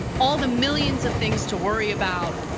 all the millions of things to worry about.